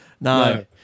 No